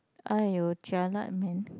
!aiyo! jialat man